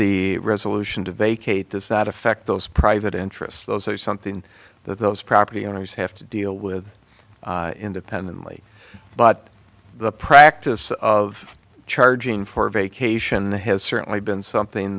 the resolution to vacate does that affect those private interests those are something that those property owners have to deal with independently but the practice of charging for vacation has certainly been something